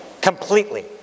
completely